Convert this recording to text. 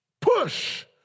Push